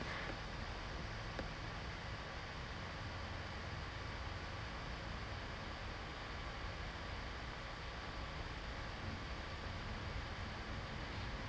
mm